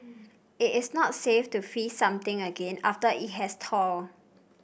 it is not safe to freeze something again after it has thawed